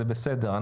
זה בסדר,